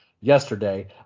yesterday